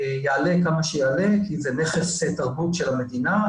יעלה כמה שיעלה כי זה נכס תרבות של המדינה,